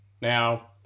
Now